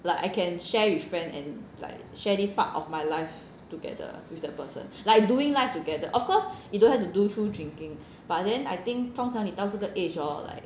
like I can share with friend and like share this part of my life together with the person like doing life together of course you don't have to do through drinking but then I think 通常你到这个 age hor like